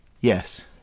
yes